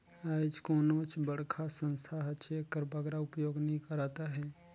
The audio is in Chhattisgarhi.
आएज कोनोच बड़खा संस्था हर चेक कर बगरा उपयोग नी करत अहे